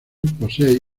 posee